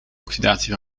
oxidatie